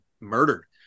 murdered